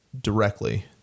directly